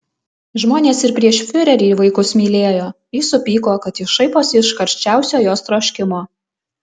žmonės ir prieš fiurerį vaikus mylėjo ji supyko kad jis šaiposi iš karščiausio jos troškimo